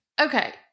okay